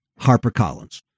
HarperCollins